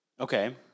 Okay